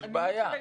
יש בעיה.